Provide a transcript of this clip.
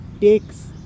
takes